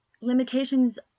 Limitations